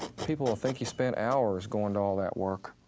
people will think you spent hours going to all that work,